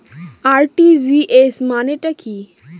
RTGS মানে টা কি?